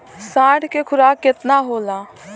साढ़ के खुराक केतना होला?